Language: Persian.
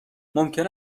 ممکن